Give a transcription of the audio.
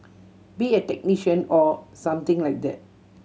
be a technician or something like that